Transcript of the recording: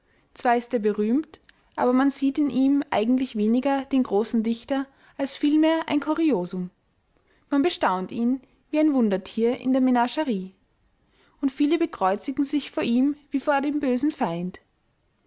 zwar ist er berühmt aber man sieht in ihm eigentlich weniger den großen dichter als vielmehr ein kuriosum man bestaunt wie ein wundertier in der menagerie und viele bekreuzigen sich vor ihm wie vor dem bösen feind